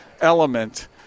element